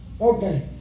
Okay